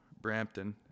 brampton